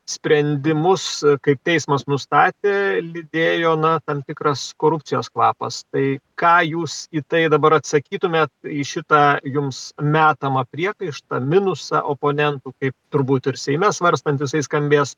sprendimus kaip teismas nustatė lydėjo na tam tikras korupcijos kvapas tai ką jūs į tai dabar atsakytumėt į šitą jums metamą priekaištą minusą oponentų kaip turbūt ir seime svarstant jisai skambės